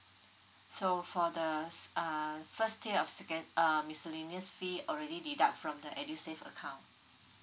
so for the s~ uh firstly or second err miscellaneous fee already deduct from the edusave account